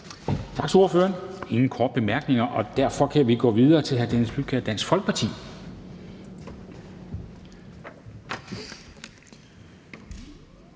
Tak til ordføreren. Der er ingen korte bemærkninger, og derfor kan vi gå videre til hr. Dennis Flydtkjær, Dansk Folkeparti.